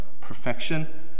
perfection